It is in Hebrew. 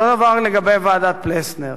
אותו דבר לגבי ועדת-פלסנר.